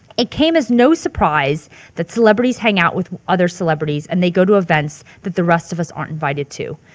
it came as no surprise that celebrities hang out with other celebrities and they go to events that the rest of us aren't invited to.